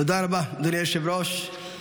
תודה רבה, אדוני היושב-ראש.